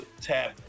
Tab